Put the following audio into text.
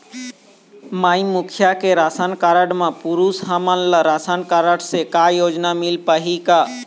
माई मुखिया के ration card म पुरुष हमन ला रासनकारड से का योजना मिल पाही का?